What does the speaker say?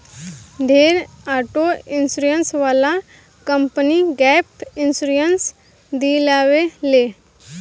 ढेरे auto insurance वाला company gap insurance दियावे ले